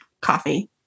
coffee